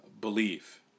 believe